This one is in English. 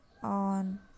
on